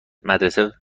مدرسه